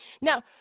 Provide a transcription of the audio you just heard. Now